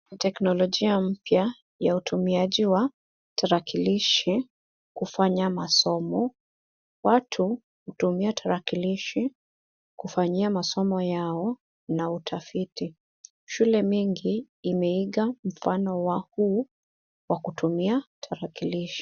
Teknolojia mpya ya utumiaji wa tarakilishi kufanya masomo. Watu hutumia tarakilishi kufanyia masomo yao na utafiti. Shule mingi imeiga mfano huu wa kutumia tarakilishi.